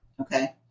Okay